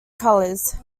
colours